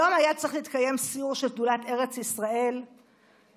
היום היה צריך להתקיים סיור של שדולת ארץ ישראל בחומש,